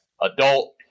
adult